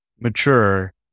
mature